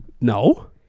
No